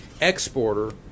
exporter